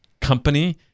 company